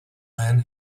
man